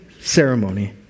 ceremony